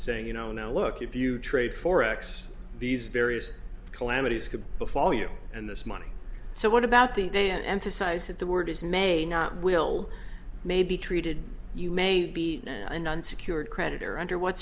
saying you know now look if you trade forex these various calamities could befall you and this money so what about the man emphasized that the word is may not will may be treated you may be an unsecured creditors or under what